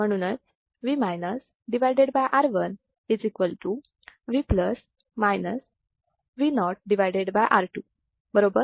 म्हणूनच V R1 V Vo R2 बरोबर